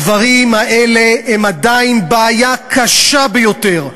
הדברים האלה הם עדיין בעיה קשה ביותר.